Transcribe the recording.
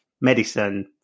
medicine